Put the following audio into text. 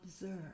observe